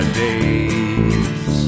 days